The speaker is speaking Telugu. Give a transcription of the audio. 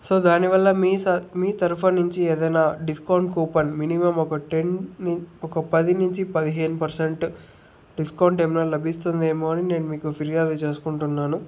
సో దాని వల్ల మీ స మీ తరపున నుంచి ఏదైన డిస్కౌంట్ కూపన్ మినిమమ్ ఒక టెన్ ఒక పది నుంచి పదిహేను పర్సెంట్ డిస్కౌంట్ ఏమన్నా లభిస్తుందేమో అని నేను మీకు ఫిర్యాదు చేసుకుంటున్నాను